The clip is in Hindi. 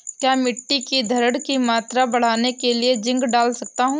क्या मिट्टी की धरण की मात्रा बढ़ाने के लिए जिंक डाल सकता हूँ?